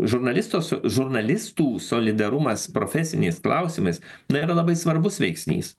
žurnalisto žurnalistų solidarumas profesiniais klausimais na yra labai svarbus veiksnys